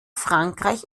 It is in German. frankreich